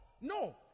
no